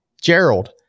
Gerald